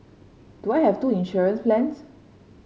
do I have two insurance plans